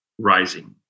rising